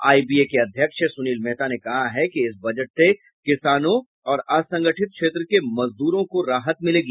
IBA के अध्यक्ष सुनिल मेहता ने कहा है कि इस बजट से किसानों और असंगठित क्षेत्र के मजदूरों को राहत मिलेगी